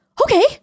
Okay